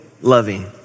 loving